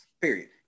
period